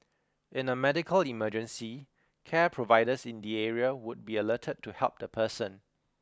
in a medical emergency care providers in the area would be alerted to help the person